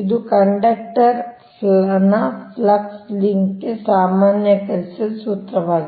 ಇದು ಕಂಡಕ್ಟರ್ ನ flux link ಗೆ ಸಾಮಾನ್ಯೀಕರಿಸಿದ ಸೂತ್ರವಾಗಿದೆ